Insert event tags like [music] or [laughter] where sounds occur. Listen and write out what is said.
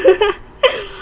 [laughs]